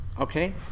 Okay